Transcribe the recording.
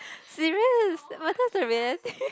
serious but what's the reality